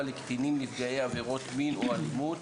לקטינים נפגעי עבירות מין או אלימות,